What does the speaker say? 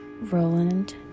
Roland